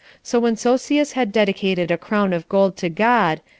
so when sosius had dedicated a crown of gold to god,